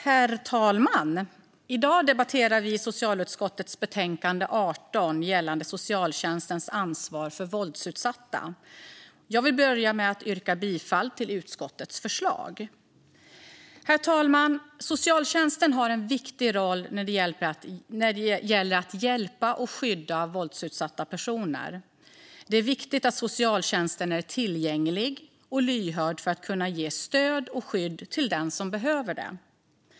Herr talman! I dag debatterar vi socialutskottets betänkande 18 gällande socialtjänstens ansvar för våldsutsatta. Jag börjar med att yrka bifall till utskottets förslag. Herr talman! Socialtjänsten har en viktig roll när det gäller att hjälpa och skydda våldsutsatta personer. Det är viktigt att socialtjänsten är tillgänglig och lyhörd för att kunna ge stöd och skydd till dem som behöver det.